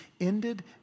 ended